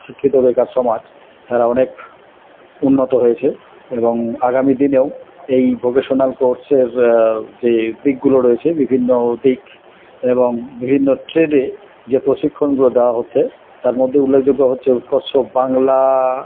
শিক্ষিত বেকার সমাজ তারা অনেক উন্নত হয়েছে এবং আগামী দিনেও এই ভোকেশনাল কোর্সের যে দিকগুলো রয়েছে বিভিন্ন দিক এবং বিভিন্ন ট্রেডে যে প্রশিক্ষণগুলো দেওয়া হচ্ছে তার মধ্যে উল্লেখযোগ্য হচ্ছে উৎকর্ষ বাংলা